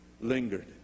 lingered